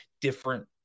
different